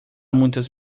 muitas